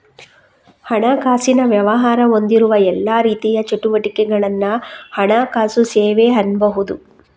ಹಣಕಾಸಿನ ವ್ಯವಹಾರ ಹೊಂದಿರುವ ಎಲ್ಲಾ ರೀತಿಯ ಚಟುವಟಿಕೆಗಳನ್ನ ಹಣಕಾಸು ಸೇವೆ ಅನ್ಬಹುದು